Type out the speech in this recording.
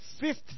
fifth